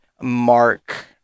Mark